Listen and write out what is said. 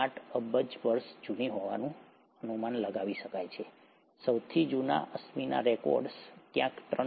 8 અબજ વર્ષ જૂની હોવાનું જણાય છે સૌથી જૂના અશ્મિના રેકોર્ડ્સ ક્યાંક 3